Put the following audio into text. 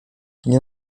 nie